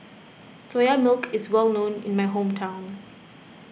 Soya Milk is well known in my hometown